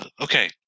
Okay